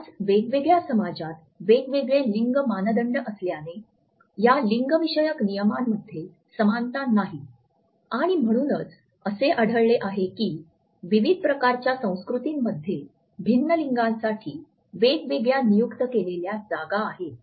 आज वेगवेगळ्या समाजात वेगवेगळे लिंग मानदंड असल्याने या लिंगविषयक नियमांमध्ये समानता नाही आणि म्हणूनच असे आढळले आहे की विविध प्रकारच्या संस्कृतींमध्ये भिन्न लिंगासाठी वेगवेगळ्या नियुक्त केलेल्या जागा आहेत